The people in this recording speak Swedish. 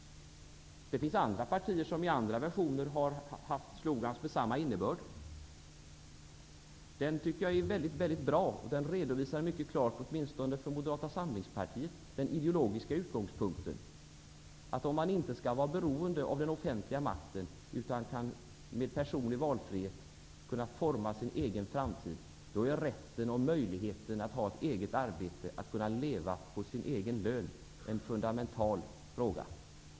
Det finns andra partier som i andra versioner har haft sloganer med samma innebörd. Jag tycker att den är mycket bra. Den redovisar mycket klart, åtminstone för Moderata samlingspartiet, den ideologiska utgångspunkten, att om man inte skall vara beroende av den offentliga makten utan med personlig valfrihet skall kunna forma sin egen framtid, då är rätten och möjligheten att ha ett eget arbete och att kunna leva på sin egen lön en fundamental fråga.